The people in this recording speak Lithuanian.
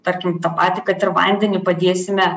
tarkim tą patį kad ir vandenį padėsime